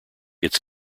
its